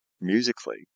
musically